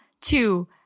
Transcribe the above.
two